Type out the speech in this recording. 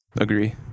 Agree